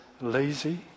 lazy